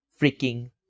freaking